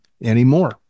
anymore